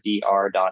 dr